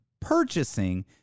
purchasing